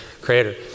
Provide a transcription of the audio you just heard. creator